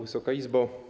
Wysoka Izbo!